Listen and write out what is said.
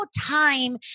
time